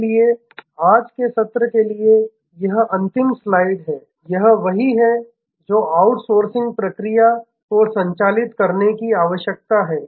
इसलिए आज के सत्र के लिए यह अंतिम स्लाइड है यह वही है जो आउटसोर्सिंग प्रक्रिया को संचालित करने की आवश्यकता है